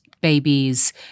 babies